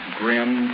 grim